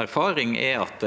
erfaring er at